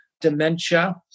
dementia